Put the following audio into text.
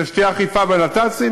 כדי שתהיה אכיפה בנת"צים.